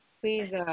please